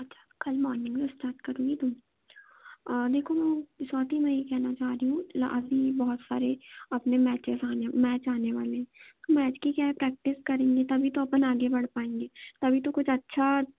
अच्छा कल मॉर्निंग में स्टार्ट करुँगी देखो स्वाती मैं ये कहना चाह रही हूँ आते ही बहुत सारे अपने मैचेज मैच आने वाले हैं मैच की क्या है प्रैक्टिस करेंगे तभी तो अपन आगे बढ़ पायेंगे तभी तो कुछ अच्छा